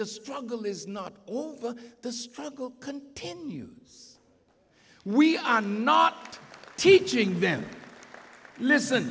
the struggle is not all over the struggle continues we are not teaching them listen